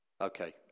Okay